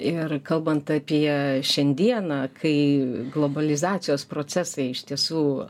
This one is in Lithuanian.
ir kalbant apie šiandieną kai globalizacijos procesai iš tiesų